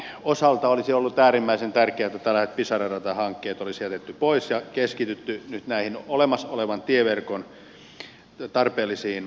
perusväylänpidon osalta olisi ollut äärimmäisen tärkeätä että tällaiset pisara ratahankkeet olisi jätetty pois ja keskitytty nyt näihin olemassa olevan tieverkon tarpeellisiin korjauksiin